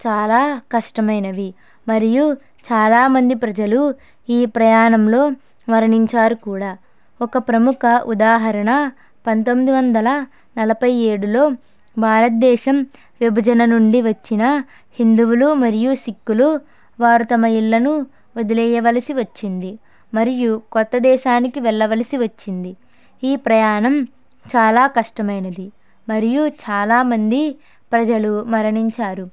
చాలా కష్టమైనవి మరియు చాలామంది ప్రజలు ఈ ప్రయాణంలో మరణించారు కూడా ఒక ప్రముఖ ఉదాహరణ పంతొమ్మిది వందల నలభై ఏడులో భారతదేశం విభజన నుండి వచ్చిన హిందువులు మరియు సిక్కులు వారి తమ ఇళ్ళను వదిలి వేయవలసి వచ్చింది మరియు కొత్త దేశానికి వెళ్ళవలసి వచ్చింది ఈ ప్రయాణం చాలా కష్టమైనది మరియు చాలామంది ప్రజలు మరణించారు